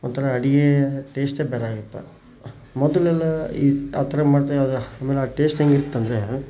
ಒಂಥರ ಅಡುಗೆ ಟೇಸ್ಟೇ ಬೇರೆ ಆಗುತ್ತೆ ಮೊದಲೆಲ್ಲ ಈ ಆ ಥರ ಮಾಡ್ದಾಗ ಆಮೇಲೆ ಆ ಟೇಸ್ಟ್ ಹೆಂಗಿರುತ್ತಂದ್ರೆ